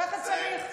ככה צריך.